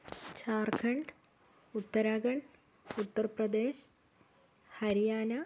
Jharkhand Uttarakhand Uttar Pradesh Haryana